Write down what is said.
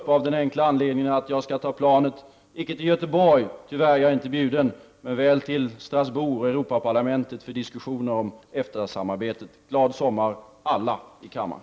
Det är av den enkla anledningen att jag skall ta planet —- icke till Göteborg, tyvärr, jag är inte bjuden — till Strasbourg och Europaparlamentet för diskussioner om EFTA-samarbetet. Glad sommar önskar jag alla i kammaren!